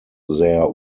their